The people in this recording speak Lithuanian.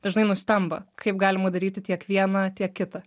dažnai nustemba kaip galima daryti tiek viena tiek kita